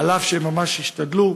אף שהם ממש השתדלו,